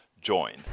join